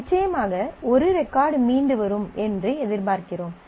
நிச்சயமாக ஒரு ரெகார்ட் மீண்டு வரும் என்று எதிர்பார்க்கிறோம்